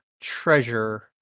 treasure